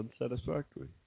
unsatisfactory